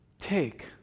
Take